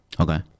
Okay